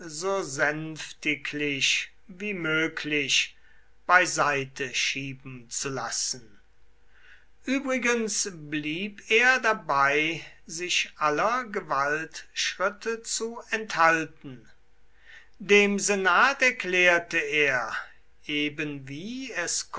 so sänftiglich wie möglich beiseiteschieben zu lassen übrigens blieb er dabei sich aller gewaltschritte zu enthalten dem senat erklärte er ebenwie es